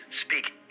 speak